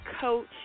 coach